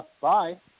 Bye